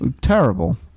Terrible